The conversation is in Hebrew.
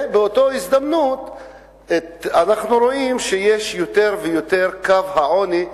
ובאותה הזדמנות אנחנו רואים שיש יותר ויותר מתחת קו העוני,